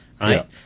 right